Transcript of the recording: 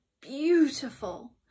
beautiful